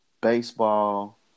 Baseball